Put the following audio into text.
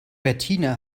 bettina